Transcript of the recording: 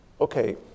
Okay